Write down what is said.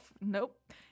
Nope